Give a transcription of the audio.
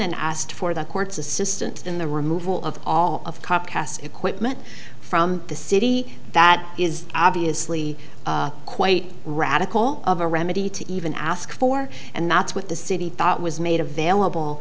and asked for the court's assistance in the removal of all of cop casts equipment from the city that is obviously quite radical of a remedy to even ask for and that's what the city thought was made available